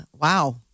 wow